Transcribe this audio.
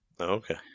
Okay